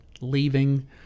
leaving